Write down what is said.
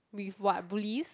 with what bullies